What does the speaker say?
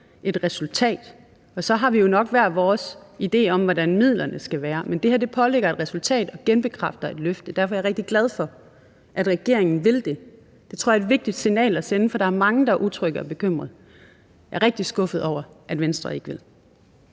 et resultat. Og så har vi jo nok hver vores idé om, hvordan midlerne skal være. Men det her pålægger et resultat og genbekræfter et løfte. Derfor er jeg rigtig glad for, at regeringen vil det. Det tror jeg er et vigtigt signal at sende, for der er mange, der er utrygge og bekymrede. Jeg er rigtig skuffet over, at Venstre muligvis